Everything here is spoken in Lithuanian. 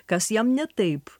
kas jam ne taip